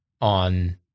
on